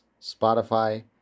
Spotify